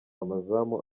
amazamu